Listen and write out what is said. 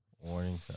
Warning